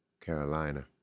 Carolina